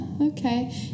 okay